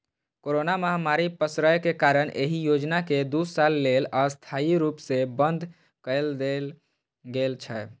corona महामारी पसरै के कारण एहि योजना कें दू साल लेल अस्थायी रूप सं बंद कए देल गेल छै